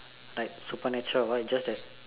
like super natural or what is just that